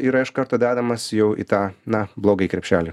yra iš karto dedamas jau į tą na blogai krepšelį